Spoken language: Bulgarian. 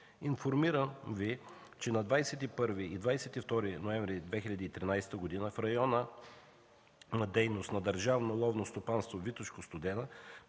Информирам Ви, че на 21 и 22 ноември 2013 г. в района на дейност на Държавно ловно стопанство „Витошко – Студена”